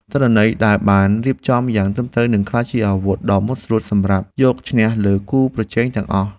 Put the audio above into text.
ទិន្នន័យដែលបានរៀបចំយ៉ាងត្រឹមត្រូវនឹងក្លាយជាអាវុធដ៏មុតស្រួចសម្រាប់យកឈ្នះលើគូប្រជែងទាំងអស់។